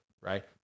right